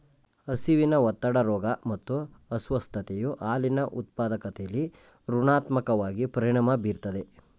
ಹಸಿವಿನ ಒತ್ತಡ ರೋಗ ಮತ್ತು ಅಸ್ವಸ್ಥತೆಯು ಹಾಲಿನ ಉತ್ಪಾದಕತೆಲಿ ಋಣಾತ್ಮಕವಾಗಿ ಪರಿಣಾಮ ಬೀರ್ತದೆ